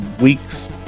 weeks